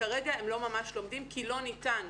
כרגע הם לא ממש לומדים כי לא ניתן.